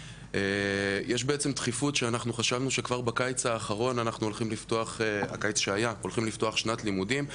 יש דחיפות שאנחנו חשבנו שכבר בקיץ אנחנו הוליכם לפתוח שנת לימודים,